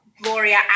Gloria